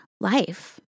life